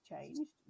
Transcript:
changed